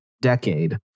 decade